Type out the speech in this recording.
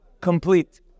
complete